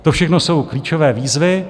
To všechno jsou klíčové výzvy.